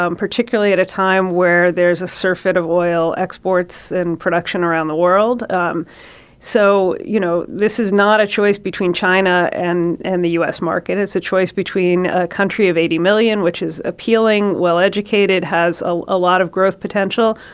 um particularly at a time where there is a surfeit of oil exports and production around the world. um so, you know, this is not a choice between china and and the u s. market. it's a choice between a country of eighty million, which is appealing, well educated, has a a lot of growth potential,